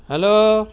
hello